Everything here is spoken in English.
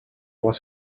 was